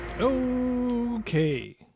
Okay